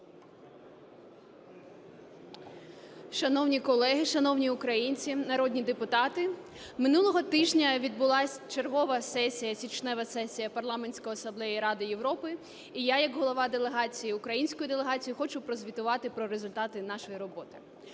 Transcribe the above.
Шановні колеги, шановні українці, народні депутати! Минулого тижня відбулась чергова сесія, січнева сесія Парламентської асамблеї Ради Європи, і я як голова делегації, української делегації, хочу прозвітувати про результати нашої роботи.